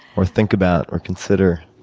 or think about, or consider,